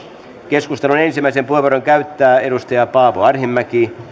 keskustelun ensimmäisen puheenvuoron käyttää edustaja paavo arhinmäki